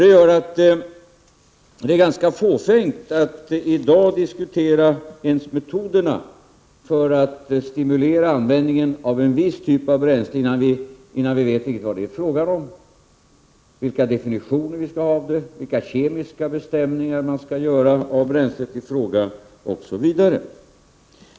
Det gör att det är ganska fåfängt att i dag diskutera ens metoderna för att stimulera användningen av en viss typ av bränsle, innan vi vet riktigt vad det är fråga om, vilka definitioner det skall ha, vilka kemiska bestämningar man skall göra av bränslet i fråga, osv.